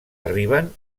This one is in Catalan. arriben